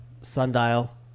sundial